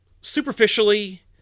superficially